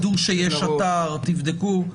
תדעו שיש אתר ותבדקו?